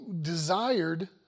desired